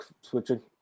Switching